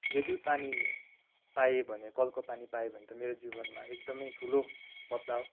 यदि पानी पाएँ भने कलको पानी पाएँ भने त मेरो जीवनमा एकदमै ठुलो बद्लाउ